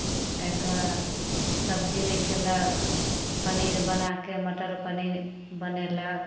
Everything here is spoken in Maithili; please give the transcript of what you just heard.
आ कि सब्जी खेलक पनीर बनाके मटर पनीर बनेलक